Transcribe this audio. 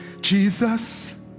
Jesus